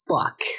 fuck